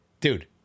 dude